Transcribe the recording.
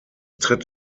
tritt